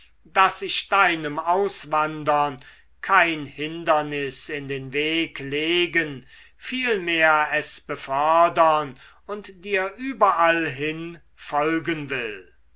daß ich deinem auswandern kein hindernis in den weg legen vielmehr es befördern und dir überallhin folgen will